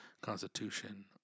constitution